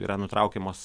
yra nutraukiamos